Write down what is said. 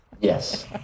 Yes